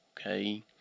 okay